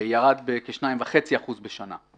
ירד בכ-2.5% בשנה.